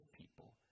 people